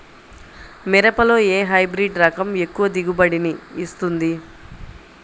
మిరపలో ఏ హైబ్రిడ్ రకం ఎక్కువ దిగుబడిని ఇస్తుంది?